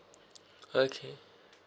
okay